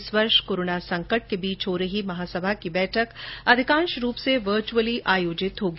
इस वर्ष कोरोना संकट के बीच हो रही महासभा की बैठक अधिकांश रूप से वर्चअली आयोजित होगी